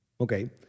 Okay